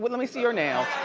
let me see your nails,